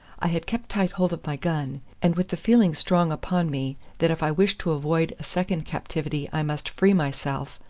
i had kept tight hold of my gun, and with the feeling strong upon me that if i wished to avoid a second captivity i must free myself,